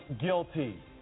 guilty